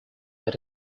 but